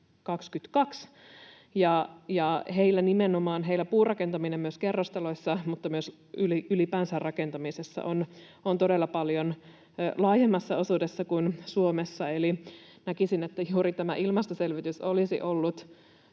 puurakentaminen myös kerrostaloissa ja ylipäänsä rakentamisessa on todella paljon laajemmassa osuudessa kuin Suomessa. Eli näkisin, että juuri tämä ilmastoselvitys ja sen